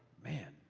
man,